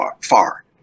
far